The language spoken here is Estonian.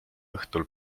õhtul